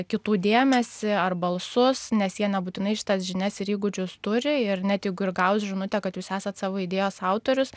kitų dėmesį ar balsus nes jie nebūtinai šitas žinias ir įgūdžius turi ir net jeigu ir gaus žinutę kad jūs esat savo idėjos autorius